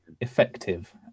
effective